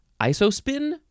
isospin